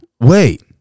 Wait